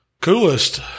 Coolest